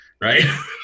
right